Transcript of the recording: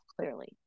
clearly